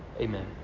amen